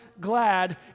glad